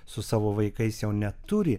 su savo vaikais jau neturi